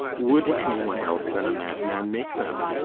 would anyone else than a madman make them?